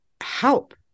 help